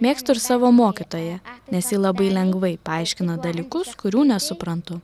mėgstu ir savo mokytoją nes ji labai lengvai paaiškina dalykus kurių nesuprantu